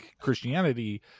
christianity